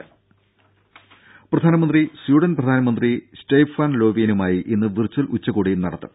രുഭ പ്രധാനമന്ത്രി സ്വീഡൻ പ്രധാനമന്ത്രി സ്റ്റെയ്ഫാൻ ലോവിയനുമായി ഇന്ന് വിർച്വൽ ഉച്ചകോടി നടത്തും